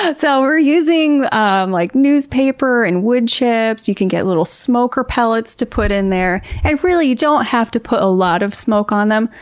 ah so we're using um like newspaper and woodchips. you can get little smoker pellets to put in there. and really, you don't have to put a lot of smoke on them.